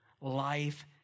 Life